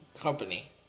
company